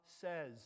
says